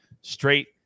straight